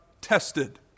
tested